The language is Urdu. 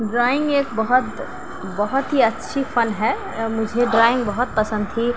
ڈرائنگ ایک بہت بہت ہی اچھی فن ہے مجھے ڈرائنگ بہت پسند تھی